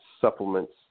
supplements